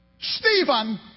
Stephen